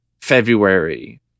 february